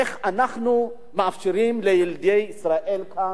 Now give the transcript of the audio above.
איך אנחנו מאפשרים לילדי ישראל כאן,